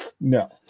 No